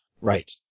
Right